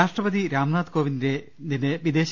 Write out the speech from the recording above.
രാഷ്ട്ര പതി രാംനാഥ് കോവിന്ദിന്റെ വിദേശ